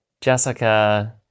Jessica